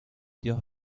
dios